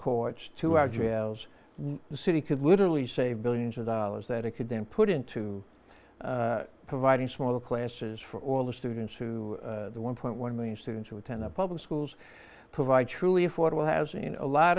courts to our jails the city could literally save billions of dollars that it could then put into providing smaller classes for all the students who one point one million students who attend the public schools provide truly affordable housing a lot